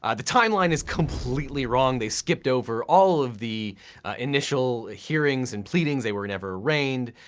ah the timeline is completely wrong. they skipped over all of the initial hearings and pleadings. they were never arraigned,